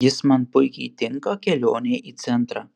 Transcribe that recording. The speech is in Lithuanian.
jis man puikiai tinka kelionei į centrą